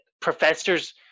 professors